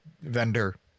Vendor